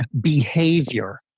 behavior